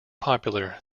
popular